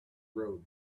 road